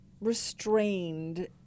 restrained